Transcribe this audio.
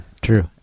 True